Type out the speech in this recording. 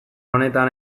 honetan